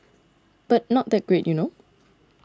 but not that great you know